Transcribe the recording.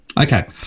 Okay